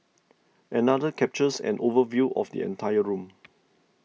another captures an overview of the entire room